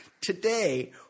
today